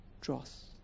dross